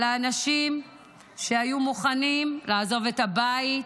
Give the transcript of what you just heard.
על האנשים שהיו מוכנים לעזוב את הבית,